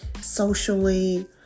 socially